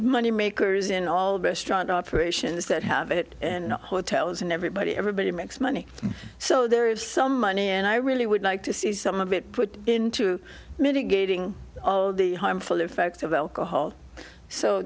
money makers in all the best right operations that have it and hotels and everybody everybody makes money so there is some money and i really would like to see some of it put into mitigating the harmful effects of alcohol so